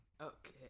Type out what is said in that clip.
Okay